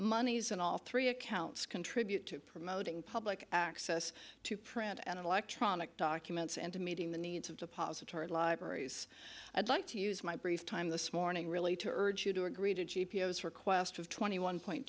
monies and all three accounts contribute to promoting public access to print and electronic documents and to meeting the needs of depository libraries i'd like to use my brief time this morning really to urge you to agree to a g p s request of twenty one point